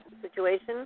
situation